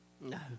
No